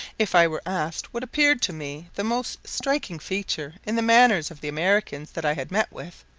if i were asked what appeared to me the most striking feature in the manners of the americans that i had met with,